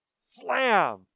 slam